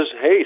hey